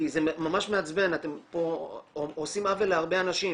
כי זה ממש מעצבן, אתם פה עושים עוול להרבה אנשים.